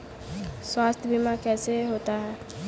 स्वास्थ्य बीमा कैसे होता है?